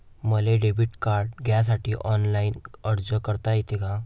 मले debit card घ्यासाठी online अर्ज करता येते का?